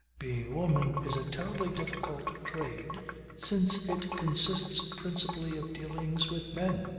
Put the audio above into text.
being a woman is a terribly difficult trade since it consists principally of dealings with men.